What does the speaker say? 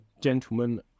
Gentlemen